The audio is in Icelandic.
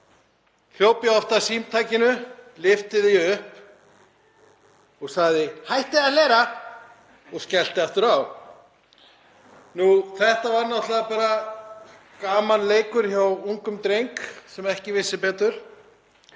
hljóp ég oft að símtækinu, lyfti því upp og sagði: Hættið að hlera, og skellti aftur á. Þetta var náttúrlega bara gamanleikur hjá ungum dreng sem vissi ekki betur.